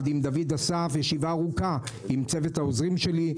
עם דוד אסף ישיבה ארוכה עם צוות העוזרים שלי,